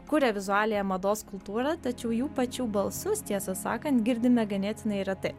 kuria vizualiąją mados kultūrą tačiau jų pačių balsus tiesą sakant girdime ganėtinai retai